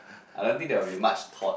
I don't think there will be much thought